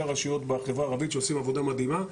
הרשויות בחברה הערבית שעושים עבודה מדהימה.